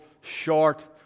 short